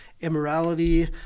immorality